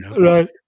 Right